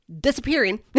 disappearing